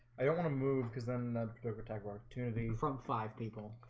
i don't want to move because then their protector opportunity from five people